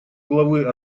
главы